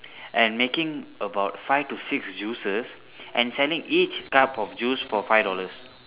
and making about five to six juices and selling each cup of juice for five dollars